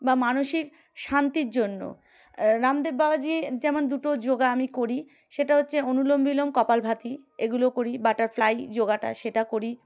বা মানসিক শান্তির জন্য রামদেব বাবাাজি যেমন দুটো যোগা আমি করি সেটা হচ্ছে অনুলোম বিলোম কপাল ভাতি এগুলো করি বাটারফ্লাই যোগাটা সেটা করি